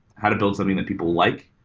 how to build something that people liked,